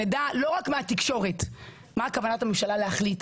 שנדע לא רק מהתקשורת מה כוונת הממשלה להחליט.